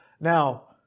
Now